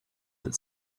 that